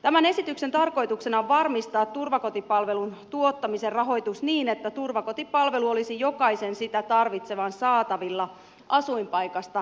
tämän esityksen tarkoituksena on varmistaa turvakotipalvelun tuottamisen rahoitus niin että turvakotipalvelu olisi jokaisen sitä tarvitsevan saatavilla asuinpaikasta riippumatta